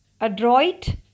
adroit